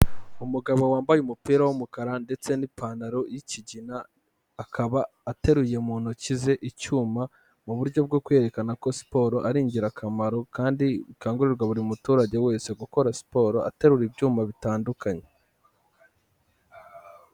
Umugabo wambaye umupira w'umukara ndetse n'ipantaro y'ikigina, akaba ateruye mu ntoki ze icyuma mu buryo bwo kwerekana ko siporo ari ingirakamaro, kandi ikangurirwa buri muturage wese gukora siporo aterura ibyuma bitandukanye.